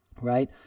Right